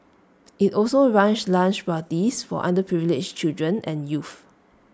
IT also runs lunch parties for underprivileged children and youth